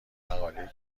مقالهای